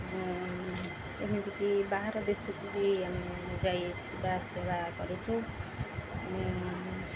ଏମିତିକି ବାହାର ଦେଶକୁ ବି ଆମ ଯାଇ ଯିବା ଆସିବା କରୁଛୁ